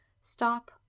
Stop